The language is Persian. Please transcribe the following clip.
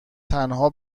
تنها